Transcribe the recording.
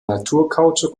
naturkautschuk